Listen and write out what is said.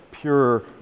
pure